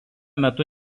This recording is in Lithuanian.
metu